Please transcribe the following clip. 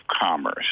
commerce